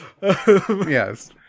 Yes